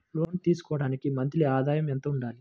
లోను తీసుకోవడానికి మంత్లీ ఆదాయము ఎంత ఉండాలి?